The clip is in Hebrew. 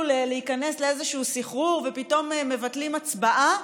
להיכנס לאיזשהו סחרור ופתאום מבטלים הצבעה,